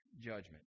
judgment